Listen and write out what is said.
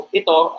ito